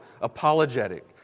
apologetic